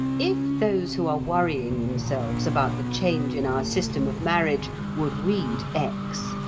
if those who are worrying themselves about the change in our system of marriage would read x,